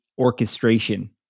orchestration